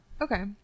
Okay